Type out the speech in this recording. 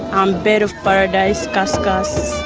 um, bird of paradise, cuscus,